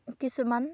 কিছুমান